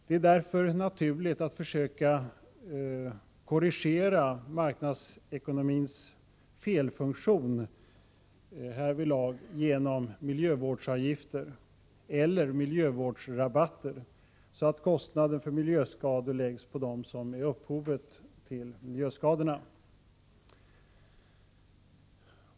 Det är därför naturligt att försöka korrigera marknadsekonomins felfunktion härvidlag genom miljövårdsavgifter eller miljövårdsrabatter, så att kostnaden för miljöskador läggs på dem som är upphovet till skadorna.